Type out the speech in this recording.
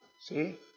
See